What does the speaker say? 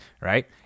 right